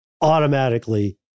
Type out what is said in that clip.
Automatically